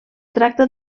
tracta